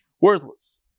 worthless